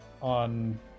on